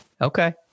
Okay